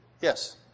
Yes